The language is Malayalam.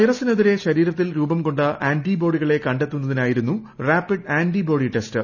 വൈറസിനെതിരെ ശരീരത്തിൽ രൂപം കൊണ്ട ആന്റിബോഡികളെ കണ്ടെത്തുന്നതിനായിരുന്നു റാപ്പിഡ് ആന്റി ബോഡി ടെസ്റ്റ്